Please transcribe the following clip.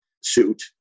suit